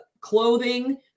clothing